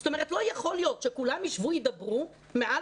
זאת אומרת לא יכול להיות שכולם יישבו וידברו מעל